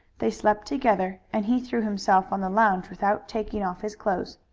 they slept together and he threw himself on the lounge without taking off his clothes.